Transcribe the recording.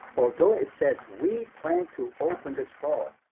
although it says we plan to open this fall,